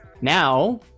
Now